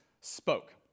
spoke